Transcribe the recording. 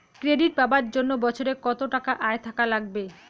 Credit পাবার জন্যে বছরে কত টাকা আয় থাকা লাগবে?